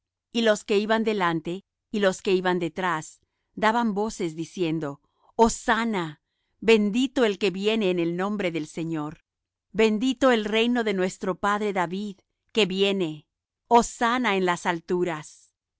y los que iban delante y los que iban detrás daban voces diciendo hosanna bendito el que viene en el nombre del señor bendito el reino de nuestro padre david que viene hosanna en las alturas